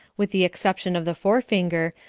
with the exception of the forefinger,